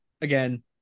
again